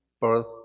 birth